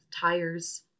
tires